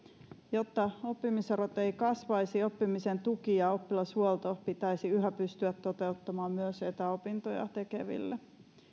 jotta oppimiserot eivät kasvaisi oppimisen tuki ja oppilashuolto pitäisi yhä pystyä toteuttamaan myös etäopintoja tekeville